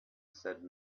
said